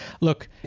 Look